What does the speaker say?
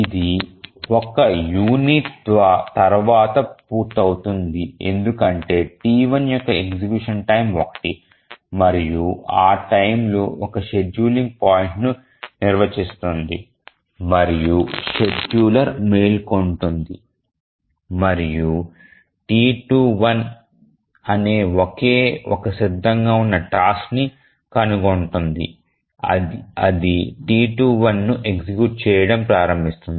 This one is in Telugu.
ఇది ఒక యూనిట్ తర్వాత పూర్తవుతుంది ఎందుకంటే T1 యొక్క ఎగ్జిక్యూషన్ టైమ్ 1 మరియు ఆ టైమ్ లో ఒక షెడ్యూలింగ్ పాయింట్ను నిర్వచిస్తుంది మరియు షెడ్యూలర్ మేల్కొంటుంది మరియు T21 అనే ఒకే ఒక సిద్ధంగా ఉన్న టాస్క్ ని కనుగొంటుంది అది T21 ను ఎగ్జిక్యూట్ చేయడం ప్రారంభిస్తుంది